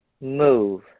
Move